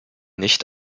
nicht